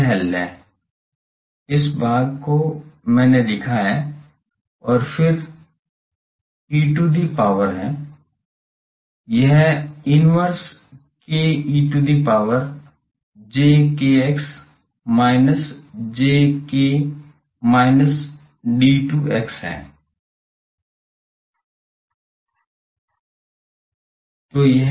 यह हल है इस भाग को मैंने लिखा है और फिर e to the power है यह nverse k e to the power j kx minus j k minus d to x है